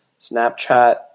Snapchat